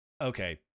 Okay